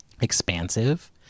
expansive